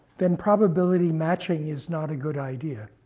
then probability matching is not a good idea.